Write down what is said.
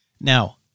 Now